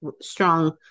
strong